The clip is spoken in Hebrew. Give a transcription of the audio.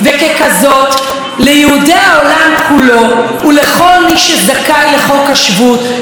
ליהודי העולם כולו ולכל מי שזכאי לחוק השבות יש זכות עלייה אליה.